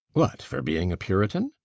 what, for being a puritan?